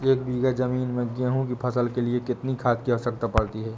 एक बीघा ज़मीन में गेहूँ की फसल के लिए कितनी खाद की आवश्यकता पड़ती है?